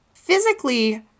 Physically